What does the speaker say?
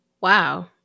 Wow